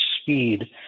speed